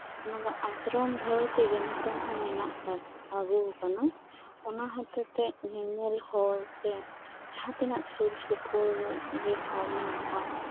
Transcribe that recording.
ᱚᱱᱟᱫᱚ ᱟᱥᱨᱚᱢ ᱞᱟᱹᱭ ᱛᱮᱜᱮ ᱱᱤᱛᱦᱚᱸ ᱢᱮᱱᱟᱜᱼᱟᱠᱟᱫ ᱟᱹᱜᱩ ᱟᱠᱟᱱᱟ ᱚᱱᱟ ᱦᱚᱛᱮᱛᱮ ᱧᱮᱧᱮᱞ ᱦᱚᱲ ᱥᱮ ᱡᱟᱸᱦᱟ ᱛᱤᱱᱟᱹᱜ ᱥᱩᱨ ᱥᱩᱯᱩᱨ ᱨᱮ ᱦᱚᱲ ᱢᱮᱱᱟᱜ ᱠᱚ